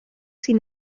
sin